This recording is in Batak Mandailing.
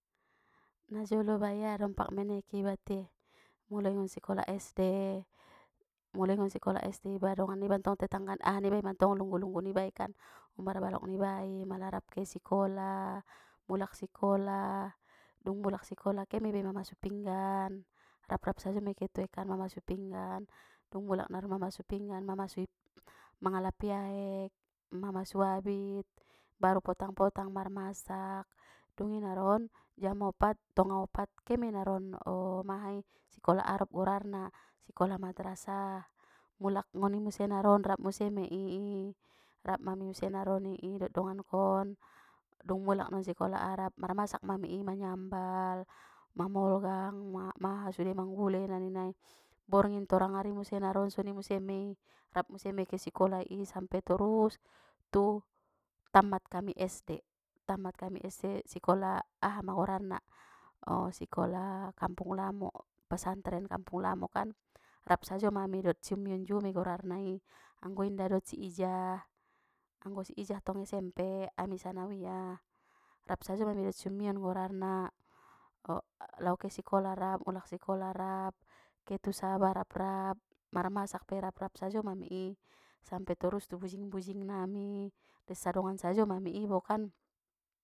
Na jolo baya ompak iba te muloi ngon sikola SD muloi ngon sikola SD iba dongan niba ntong tetangga aha nibai mantongan lunggu-lunggu nibai kan ombar balok niba mala rap ke sikola mulak sikola dung mulak sikola ke ma iba i mamasu pinggan raprap sajo mei ke tu aekan mamasu pinggan dung mulak naron mamasu pinggan mamasu mangalapi aek, mamasu abit baru potang-potang marmasak dungi naron jam opat tonga opat kema naron o maha i sikola arob gorarna sikola madrasah mulak ngoni muse naron rap muse mei i i rap ma muse naroni i dot dongan kon dung mulak non sikola arab marmasak mami i manyambal mamolgang ma ha sude manggule na ninnai borngin torang ari muse naron soni muse mei i rap muse kesikola i sampe torus tu tamat kami SD dung tamat kami SD sikola aha ma gorarna, o sikola kampung lamo pesantren kampung lamo kan rap sajo ma mi dot si ummi on juo mei gorarna i anggo inda dot si ijah, anggo si ijah ntong SMP ami tsanawiyah rap sajo mami dot si ummi on gorarna lau ke sikola rap mulak sikola rap ke tu saba raprap marmasak pe raprap sajo mami i sampe torus tu bujing-bujing nami les sadongan sajo mami i bo kan.